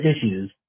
issues